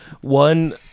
One